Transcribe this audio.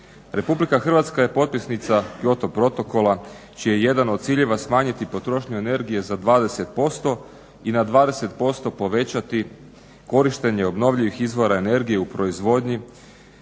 Republika Hrvatska je potpisnica Kyoto protokola čiji je jedan od ciljeva smanjiti potrošnju energije za 20% i na 20% povećati korištenje obnovljivih izvora energije u proizvodnji